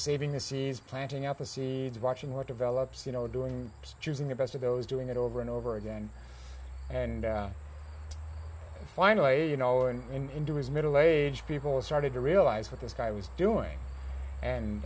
saving the seeds planting up a seed watching what develops you know doing choosing the best of those doing it over and over again and finally you know and into his middle age people started to realize that this guy was doing and